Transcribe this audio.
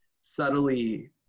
subtly